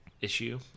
issue